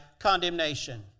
condemnation